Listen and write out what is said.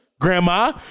Grandma